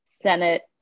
Senate